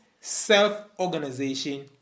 Self-organization